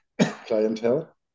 clientele